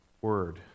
Word